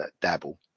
dabble